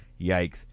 Yikes